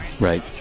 Right